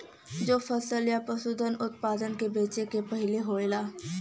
जो फसल या पसूधन उतपादन के बेचे के पहले होला